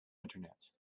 internet